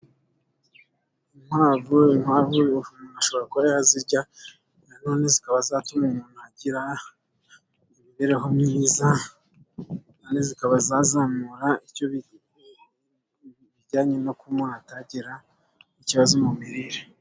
Inkwavu impamvu umuntu ashobora kuba yazirya, nanone zikaba zatuma umuntu agira imibereho myiza, kandi zikaba zazamura bijyanye no kuba umuntu atagira ikibazo mu mirire.